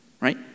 right